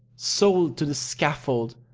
sold to the scaffold,